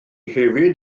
hefyd